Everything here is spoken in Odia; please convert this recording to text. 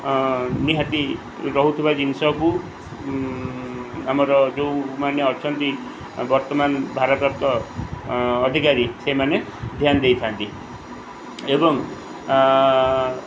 ନିହାତି ରହୁଥିବା ଜିନିଷକୁ ଆମର ଯେଉଁ ମାନେ ଅଛନ୍ତି ବର୍ତ୍ତମାନ ଭାରତର ତ ଅଧିକାରୀ ସେମାନେ ଧ୍ୟାନ ଦେଇଥାନ୍ତି ଏବଂ